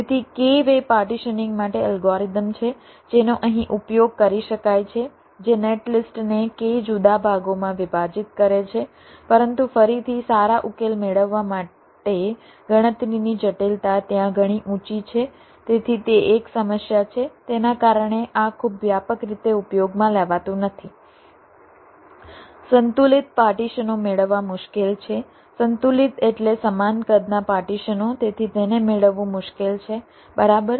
તેથી k way partitioning માટે algorithm છે જેનો અહીં ઉપયોગ કરી શકાય છે જે નેટલિસ્ટને k જુદા ભાગોમાં વિભાજિત કરે છે પરંતુ ફરીથી સારા ઉકેલ મેળવવા માટે ગણતરીની જટિલતા ત્યાં ઘણી ઊંચી છે તેથી તે એક સમસ્યા છે તેના કારણે આ ખૂબ વ્યાપક રીતે ઉપયોગમાં લેવાતું નથી સંતુલિત પાર્ટીશનો મેળવવા મુશ્કેલ છે સંતુલિત એટલે સમાન કદના પાર્ટીશનો તેથી તેને મેળવવું મુશ્કેલ છે બરાબર